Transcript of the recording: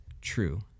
true